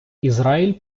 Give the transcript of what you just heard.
ізраїль